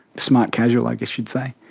smart-casual i guess you'd say.